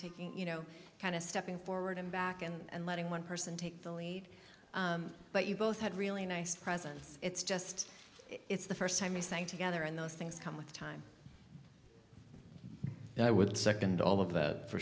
taking you know kind of stepping forward and back and letting one person take the lead but you both had really nice presence it's just it's the first time you sang together and those things come with time i would second all of that for